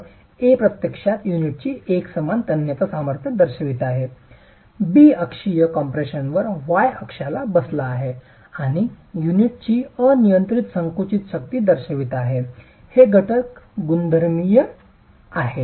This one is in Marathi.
तर A प्रत्यक्षात युनिटची एकसमान तन्यता सामर्थ्य दर्शवित आहे B अक्षीय कम्प्रेशनवर y अक्षावर बसला आहे आणि युनिटची अनियंत्रित संकुचित शक्ती दर्शवित आहे हे घटक युनिट गुणधर्म आहेत